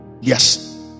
Yes